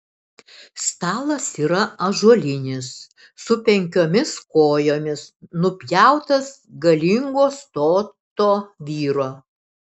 stalas yra ąžuolinis su penkiomis kojomis nupjautas galingo stoto vyro